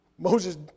Moses